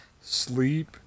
sleep